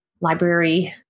library